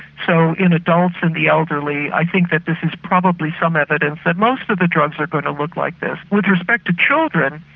so in adults and the elderly i think that this is probably some evidence that most of the drugs are going to look like this. with respect to children,